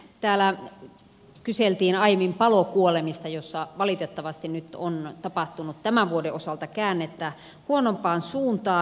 täällä kyseltiin aiemmin palokuolemista joissa valitettavasti nyt on tapahtunut tämän vuoden osalta käännettä huonompaan suuntaan